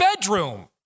bedroom